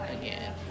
again